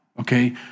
okay